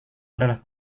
adalah